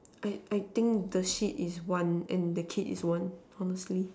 I I I think the hit is one and the kid is one honestly